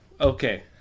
Okay